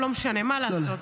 לא משנה, מה לעשות.